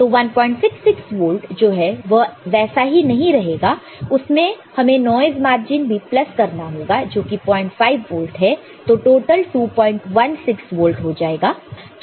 तो 166 वोल्ट जो है वह वैसा ही नहीं रहेगा उसमें हमें नॉइस मार्जिन भी प्लस करना होगा जो कि 05 वोल्ट है तो टोटल 216 वोल्ट हो जाएगा